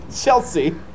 Chelsea